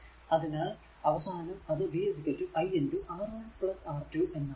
അതിനാൽ അവസാനം അത് v i R1 R2 എന്നാകുന്നു